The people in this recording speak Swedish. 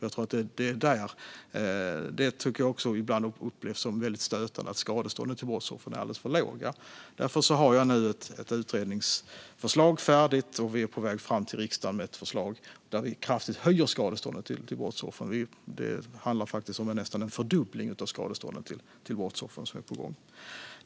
Jag tror att det upplevs som väldigt stötande att skadestånden till brottsoffren är alldeles för låga. Därför har jag nu ett utredningsförslag färdigt. Vi är på väg fram till riksdagen med ett förslag om att kraftigt höja skadestånden till brottsoffer. Det är faktiskt nästan en fördubbling av skadestånden till brottsoffer som är på gång.